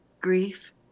Grief